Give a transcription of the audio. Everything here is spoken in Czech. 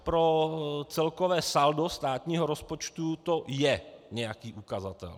Pro celkové saldo státního rozpočtu to je nějaký ukazatel.